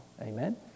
Amen